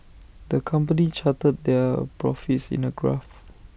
the company charted their profits in A graph